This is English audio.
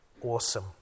awesome